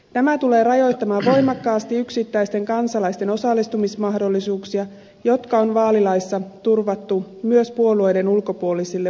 tämä tulee rajoittamaan voimakkaasti yksittäisten kansalaisten osallistumismahdollisuuksia jotka on vaalilaissa turvattu myös puolueiden ulkopuolisille valitsijayhdistyksille